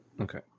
Okay